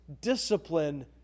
discipline